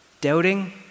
doubting